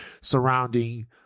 surrounding